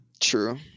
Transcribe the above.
True